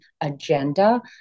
agenda